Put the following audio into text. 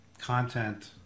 content